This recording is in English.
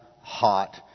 hot